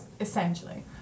essentially